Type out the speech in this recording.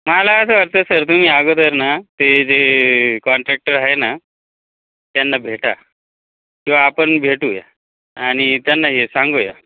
मला असं वाटतं सर तुम्ही आगोदर ना ते जे कॉन्ट्रॅक्टर आहे ना त्यांना भेटा किंवा आपण भेटूया आणि त्यांना हे सांगूया